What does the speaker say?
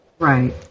Right